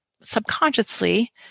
subconsciously